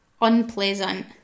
unpleasant